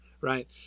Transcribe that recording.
Right